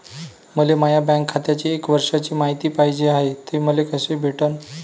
मले माया बँक खात्याची एक वर्षाची मायती पाहिजे हाय, ते मले कसी भेटनं?